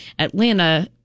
Atlanta